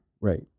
Right